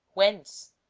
whence,